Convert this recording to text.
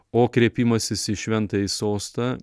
o kreipimasis į šventąjį sostą